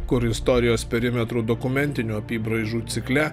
kur istorijos perimetrų dokumentinių apybraižų cikle